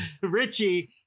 Richie